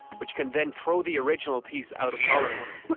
which can then throw the original piece out of tolerance.